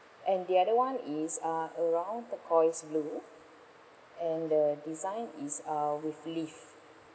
and the other one is uh a round turquoise blue and the design is uh with leaf